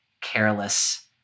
careless